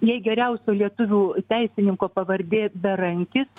jei geriausio lietuvių teisininko pavardė berankis